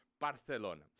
Barcelona